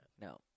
No